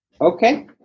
Okay